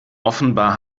offenbar